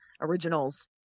originals